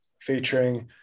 featuring